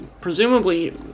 presumably